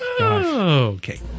Okay